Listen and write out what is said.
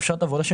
התשס"ג 2003,